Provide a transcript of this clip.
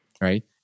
Right